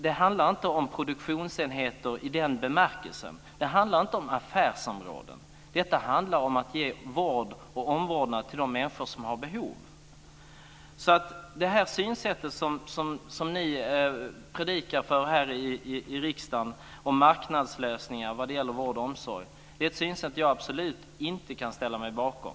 Det handlar inte om produktionsenheter i den bemärkelsen. Det handlar inte om affärsområden. Det handlar om att ge vård och omvårdnad till de människor som har behov. Det synsätt som ni predikar här i riksdagen, marknadslösningar för vård och omsorg, är ett synsätt jag absolut inte kan ställa mig bakom.